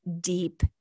deep